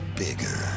bigger